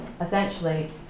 essentially